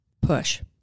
push